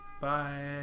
Bye